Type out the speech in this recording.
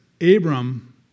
Abram